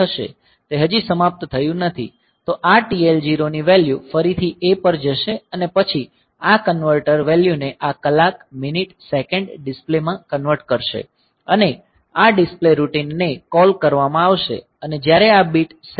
તે હજી સમાપ્ત થયું નથી તો આ TL0 ની વેલ્યૂ ફરીથી A પર જશે અને પછી આ કન્વર્ટર વેલ્યૂને આ કલાક મિનિટ સેકન્ડ ડિસ્પ્લેમાં કન્વર્ટ કરશે અને આ ડિસ્પ્લે રૂટિનને કોલ કરવામાં આવશે અને જ્યારે આ બીટ સેટ થશે